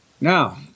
Now